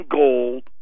gold